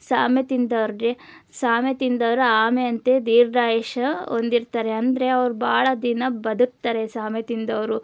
ಸಾಮೆ ತಿಂದವ್ರಿಗೆ ಸಾಮೆ ತಿಂದವ್ರು ಆಮೆಯಂತೆ ದೀರ್ಘಾಯುಷ್ಯ ಹೊಂದಿರ್ತಾರೆ ಅಂದರೆ ಅವ್ರು ಭಾಳ ದಿನ ಬದುಕ್ತಾರೆ ಸಾಮೆ ತಿಂದವರು